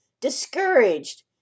discouraged